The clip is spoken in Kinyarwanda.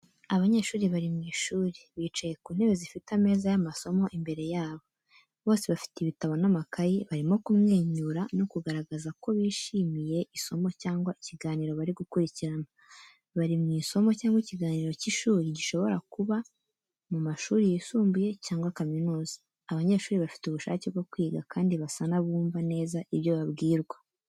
Abanyeshuri bari mu ishuri, bicaye ku ntebe zifite ameza y’amasomo imbere yabo. Bose bafite ibitabo n’amakayi, barimo kumwenyura no kugaragaza ko bishimiye isomo cyangwa ikiganiro bari gukurikirana. Bari mu isomo cyangwa ikiganiro cy’ishuri gishobora kuba mu mashuri yisumbuye cyangwa kaminuza. Abanyeshuri bafite ubushake bwo kwiga kandi basa n’abumva neza ibyo babwirwa.